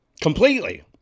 completely